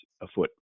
afoot